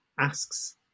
asks